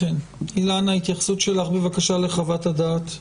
אילנה, התייחסות שלך, בבקשה, לחוות הדעת.